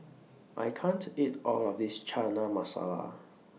I can't eat All of This Chana Masala